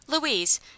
Louise